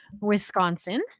wisconsin